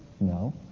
No